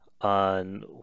on